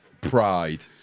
Pride